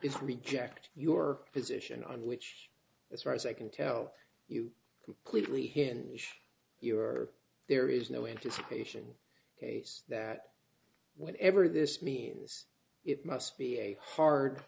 is reject your position on which as far as i can tell you completely him and wish you were there is no anticipation case that whatever this means it must be a hard